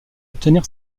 obtenir